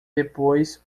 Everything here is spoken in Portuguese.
depois